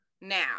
Now